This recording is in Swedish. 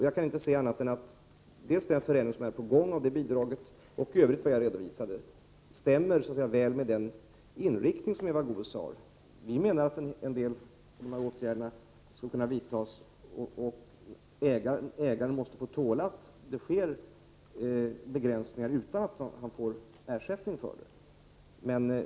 Jag kan inte se annat än att den förändring som är på gång av bidraget, och vad jag i övrigt redovisade, stämmer väl med den inriktning Eva Goés önskar. Vi menar att en del av dessa åtgärder skall kunna vidtas, och att ägaren får tåla att det sker begränsningar utan att han får ersättning för det.